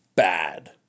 bad